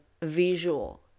visual